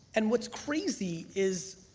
and what's crazy is,